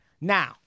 now